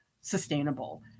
sustainable